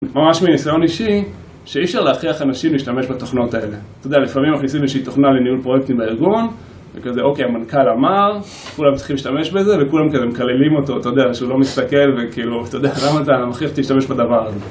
זה ממש מניסיון אישי, שאי אפשר להכריח אנשים להשתמש בתוכנות האלה. אתה יודע, לפעמים מכניסים איזושהי תוכנה לניהול פרויקטים בארגון, וכזה, אוקיי, המנכל אמר, כולם צריכים להשתמש בזה, וכולם כזה מקללים אותו, אתה יודע, שהוא לא מסתכל, וכאילו, אתה יודע, למה אתה מכריח אותי להשתמש בדבר הזה?